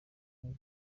akahe